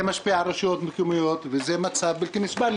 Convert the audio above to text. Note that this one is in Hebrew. זה משפיע על רשויות מקומיות וזה מצב בלתי נסבל.